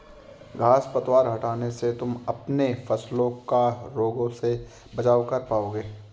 घांस पतवार हटाने से तुम अपने फसलों का रोगों से बचाव कर पाओगे